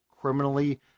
criminally